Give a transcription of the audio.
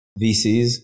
VCs